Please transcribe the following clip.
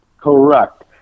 Correct